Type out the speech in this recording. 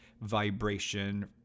vibration